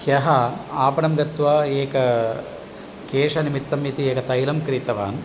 ह्यः आपणं गत्वा एकं केशनिमित्तम् इति एकं तैलं क्रीतवान्